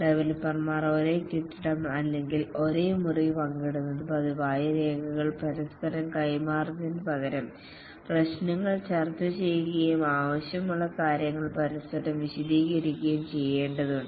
ഡവലപ്പർമാർ ഒരേ കെട്ടിടം അല്ലെങ്കിൽ ഒരേ മുറി പങ്കിടുന്നത് പതിവായി രേഖകൾ പരസ്പരം കൈമാറുന്നതിനുപകരം പ്രശ്നങ്ങൾ ചർച്ചചെയ്യുകയും ആവശ്യമുള്ള കാര്യങ്ങൾ പരസ്പരം വിശദീകരിക്കുകയും ചെയ്യേണ്ടതുണ്ട്